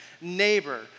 neighbor